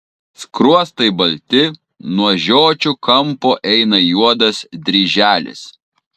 skruostai balti nuo žiočių kampo eina juodas dryželis